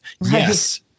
yes